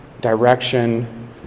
direction